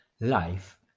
life